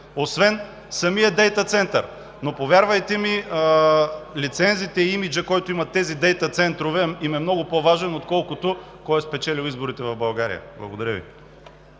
освен самият дейта център. Повярвайте ми, лицензиите и имиджът, който имат тези дейта центрове, им е много по-важен, отколкото кой е спечелил изборите в България. Благодаря Ви.